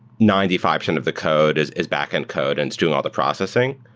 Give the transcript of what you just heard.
ninety five percent of the code is is backend code and it's doing all the processing.